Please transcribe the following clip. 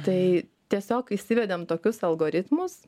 tai tiesiog įsivedam tokius algoritmus